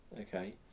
okay